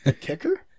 kicker